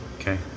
Okay